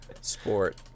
sport